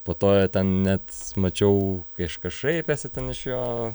po toe net mačiau kaižkas šaipėsi ten iš jo